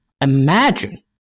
imagine